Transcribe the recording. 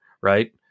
right